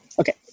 okay